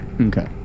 Okay